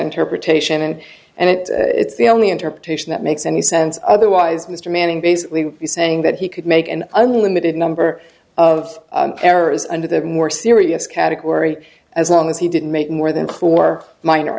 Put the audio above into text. interpretation and it it's the only interpretation that makes any sense otherwise mr manning basically would be saying that he could make an unlimited number of errors under the more serious category as long as he didn't make more than four minor